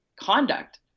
conduct